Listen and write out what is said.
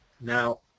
Now